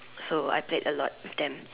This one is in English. so I played a lot with them